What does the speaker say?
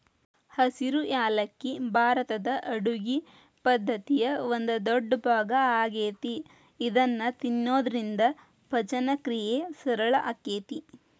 ಹಸಿರು ಯಾಲಕ್ಕಿ ಭಾರತದ ಅಡುಗಿ ಪದ್ದತಿಯ ಒಂದ ದೊಡ್ಡಭಾಗ ಆಗೇತಿ ಇದನ್ನ ತಿನ್ನೋದ್ರಿಂದ ಪಚನಕ್ರಿಯೆ ಸರಳ ಆಕ್ಕೆತಿ